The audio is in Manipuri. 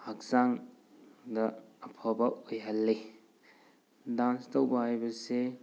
ꯍꯛꯆꯥꯡꯗ ꯑꯐꯕ ꯑꯣꯏꯍꯜꯂꯤ ꯗꯥꯟꯁ ꯇꯧꯕ ꯍꯥꯏꯕꯁꯤ